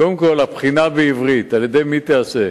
קודם כול, הבחינה בעברית, על-ידי מי תיעשה?